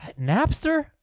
Napster